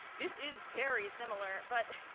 this is very similar, but